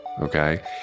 Okay